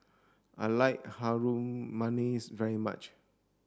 I like Harum Manis very much